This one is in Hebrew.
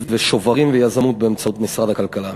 ושוברים ויזמות באמצעות משרד הכלכלה.